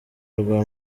rwa